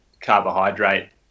carbohydrate